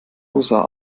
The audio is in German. rosa